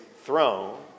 throne